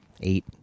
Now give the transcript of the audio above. eight